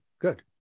good